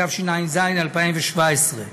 התשע"ז 2017,